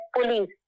police